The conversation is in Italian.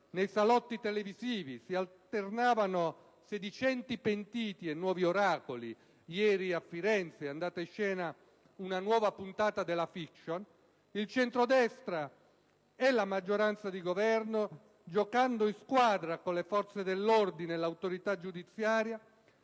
nei salotti televisivi si alternavano sedicenti pentiti e nuovi "oracoli" - ieri a Firenze è andata in scena una nuova puntata della *fiction* - il centrodestra di maggioranza e di Governo, giocando in squadra con le forze dell'ordine e l'autorità giudiziaria,